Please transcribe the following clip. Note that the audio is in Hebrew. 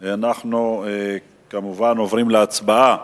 אנחנו עוברים להצבעה